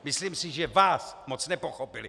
Myslím si, že vás moc nepochopili.